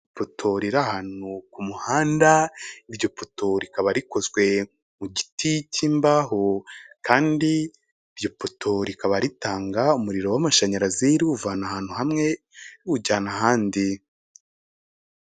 Ipoto riri ahantu ku muhanda ,iryo poto rikaba rikozwe mu giti cyimbaho kandi iri poto rikaba ritanga umuriro w'amashanyarazi riwuvana ahantu hamwe riwujyana ahandi.